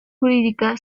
jurídica